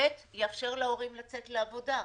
ב', יאפשר להורים לצאת לעבודה.